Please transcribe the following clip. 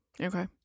Okay